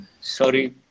Sorry